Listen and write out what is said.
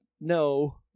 no